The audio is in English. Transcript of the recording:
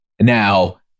Now